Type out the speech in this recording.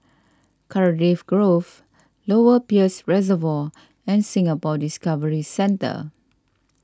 Cardiff Grove Lower Peirce Reservoir and Singapore Discovery Centre